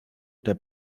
der